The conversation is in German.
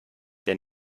der